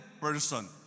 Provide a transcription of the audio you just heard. person